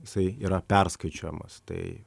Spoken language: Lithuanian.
jisai yra perskaičiuojamas tai